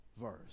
verse